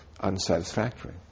unsatisfactory